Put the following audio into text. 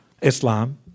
Islam